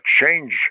change